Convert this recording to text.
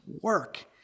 work